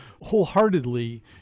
wholeheartedly